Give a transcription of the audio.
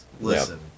listen